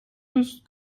ist